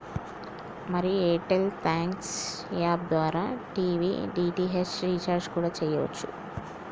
మరి Airtel thanks app ద్వారా TV DTH recharge కూడా సెయ్యవచ్చు